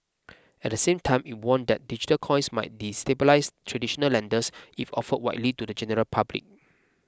at the same time it warned that digital coins might destabilise traditional lenders if offered widely to the general public